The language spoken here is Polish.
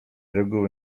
reguły